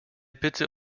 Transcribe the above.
bitte